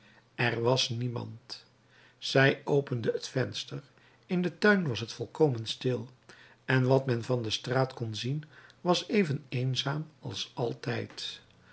er was niemand zij opende het venster in den tuin was het volkomen stil en wat men van de straat kon zien was even eenzaam als altijd